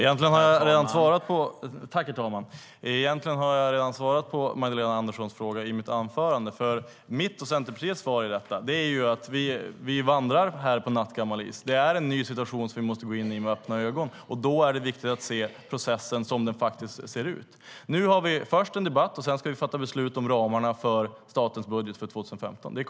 Herr talman! Egentligen har jag redan svarat på Magdalena Anderssons fråga i mitt anförande. Mitt och Centerpartiets svar är ju att vi vandrar på nattgammal is. Det är en ny situation som vi måste gå in i med öppna ögon. Då är det viktigt att se processen som den faktiskt ser ut. Nu har vi i dag först en debatt, och sedan ska vi fatta beslut om ramarna för statens budget för 2015.